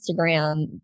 Instagram